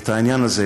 את העניין הזה,